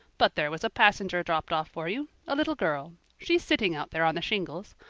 but there was a passenger dropped off for you a little girl. she's sitting out there on the shingles.